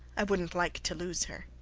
i wouldnt like to lose her.